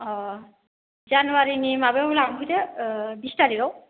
अह जानुवारिनि माबायाव लांफैदो ओह बिस थारिखआव